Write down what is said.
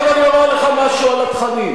עכשיו אני אומר לך משהו על התכנים.